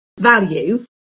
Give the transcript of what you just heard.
value